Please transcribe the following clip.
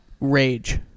rage